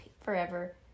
forever